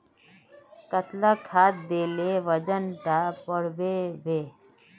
कतला खाद देले वजन डा बढ़बे बे?